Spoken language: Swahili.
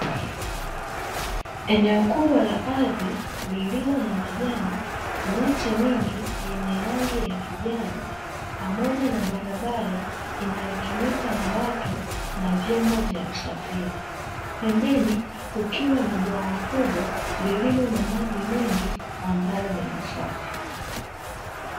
Eneo kubwa la ardhi lililo na majani, miti mingi yenye rangi ya kijani pamoja na barabara inayotumika na watu na vyombo vya usafiri. Pembeni kukiwa na bwawa kubwa lililo na maji mengi ambayo ni masafi.